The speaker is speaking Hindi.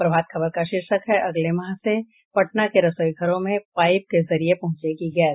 प्रभात खबर का शीर्षक है अगले माह से पटना के रसोईघरों में पाईप के जरिए पहुंचेगी गैस